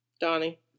Donnie